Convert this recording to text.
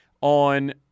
on